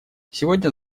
сегодня